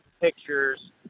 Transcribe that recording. pictures